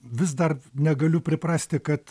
vis dar negaliu priprasti kad